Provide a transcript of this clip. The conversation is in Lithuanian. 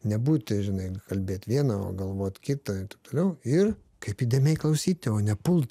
nebūti žinai kalbėt viena o galvot kitą ir taip toliau ir kaip įdėmiai klausyti o nepult